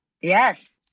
Yes